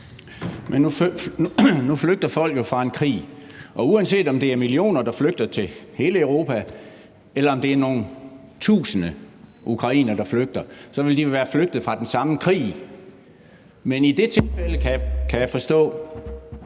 Nu flygter folk jo fra en krig. Og uanset om det er millioner, der flygter til hele Europa, eller om det er nogle tusinde ukrainere, der flygter, så vil de være flygtet fra den samme krig; men i det tilfælde, kan jeg forstå,